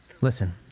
Listen